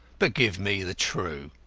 but give me the true.